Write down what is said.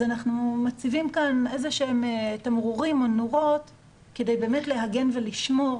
אנחנו מציבים כאן תמרורים כדי להגן ולשמור